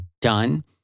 done